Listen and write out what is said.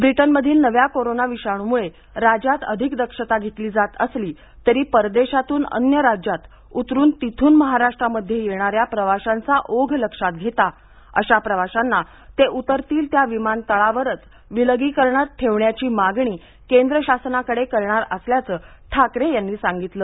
ब्रिटनमधील नव्या कोरोना विषाणूमुळे राज्यात अधिक दक्षता घेतली जात असली तरी परदेशातून अन्य राज्यात उतरून तिथून महाराष्ट्रामध्ये येणाऱ्या प्रवाशांचा ओघ लक्षात घेता अशा प्रवाशांना ते उतरतील त्या विमानतळांवरच विलगीकरणात ठेवण्याची मागणी केंद्र शासनाकडे करणार असल्याचं ठाकरे यांनी सांगितलं